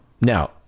now